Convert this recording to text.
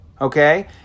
okay